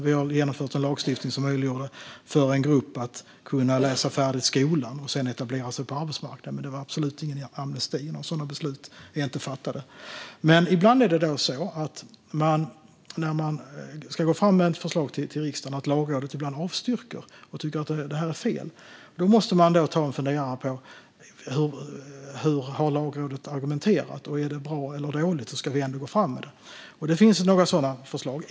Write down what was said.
Vi har genomfört en lagstiftning som möjliggör för en grupp att slutföra sina studier och sedan etablera sig på arbetsmarknaden. Men det var absolut inte någon amnesti. Något sådant beslut är inte fattat. När vi ska gå fram med ett förslag till riksdagen avstyrker Lagrådet ibland det och tycker att det är fel. Då måste vi fundera på hur Lagrådet har argumenterat. Är det bra eller dåligt, och ska vi ändå gå fram med det? Det finns några sådana förslag.